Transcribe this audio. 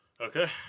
Okay